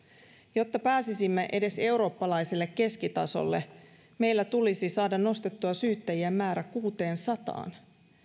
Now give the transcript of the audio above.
jotta pääsisimme edes eurooppalaiselle keskitasolle meillä tulisi saada nostettua syyttäjien määrä kuuteensataan